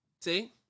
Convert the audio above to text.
See